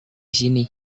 sini